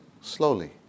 slowly